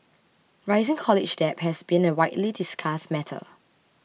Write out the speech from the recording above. rising college debt has been a widely discussed matter